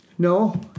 No